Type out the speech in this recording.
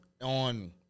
on